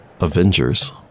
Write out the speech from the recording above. Avengers